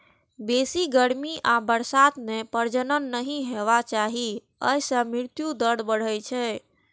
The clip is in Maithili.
बेसी गर्मी आ बरसात मे प्रजनन नहि हेबाक चाही, अय सं मृत्यु दर बढ़ै छै